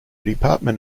department